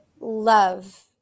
love